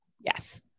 Yes